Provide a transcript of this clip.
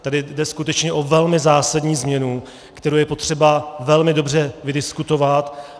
Tady jde skutečně o velmi zásadní změnu, kterou je potřeba velmi dobře vydiskutovat.